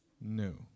New